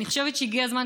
אני חושבת שהגיע הזמן,